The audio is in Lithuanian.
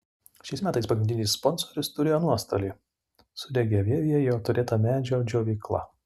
šiais metais pagrindinis sponsorius turėjo nuostolį sudegė vievyje jo turėta medžio džiovykla